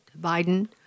Biden